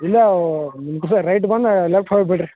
ಇಲ್ಲಾ ನಿಮ್ಮ ರೈಟ್ ಬಂದಾ ಲೆಫ್ಟ್ ಹೋಯ್ಬಿಡ್ರಿ